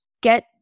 get